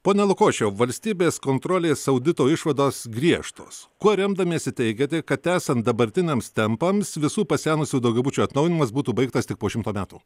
pone lukošiau valstybės kontrolės audito išvados griežtos kuo remdamiesi teigiate kad esant dabartiniams tempams visų pasenusių daugiabučių atnaujinimas būtų baigtas tik po šimto metų